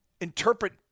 interpret